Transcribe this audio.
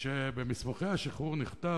כשבמסמכי השחרור נכתב,